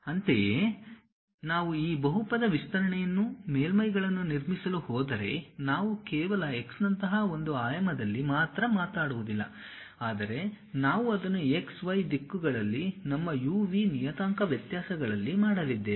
ಅಂತೆಯೇ ನಾವು ಈ ಬಹುಪದ ವಿಸ್ತರಣೆಯನ್ನು ಮೇಲ್ಮೈಗಳನ್ನು ನಿರ್ಮಿಸಲು ಹೋದರೆ ನಾವು ಕೇವಲ x ನಂತಹ ಒಂದು ಆಯಾಮದಲ್ಲಿ ಮಾತ್ರ ಮಾಡುವುದಿಲ್ಲ ಆದರೆ ನಾವು ಅದನ್ನು x y ದಿಕ್ಕುಗಳಲ್ಲಿ ನಮ್ಮ u v ನಿಯತಾಂಕ ವ್ಯತ್ಯಾಸಗಳಲ್ಲಿ ಮಾಡಲಿದ್ದೇವೆ